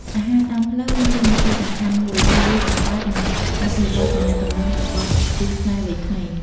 អាហារតាមផ្លូវ មានតួនាទីសំខាន់មួយ គឹវាបង្កើត និងអភិវឌ្ឍទំនាក់ទំនងរបស់គូស្នេហ៍វ័យក្មេង។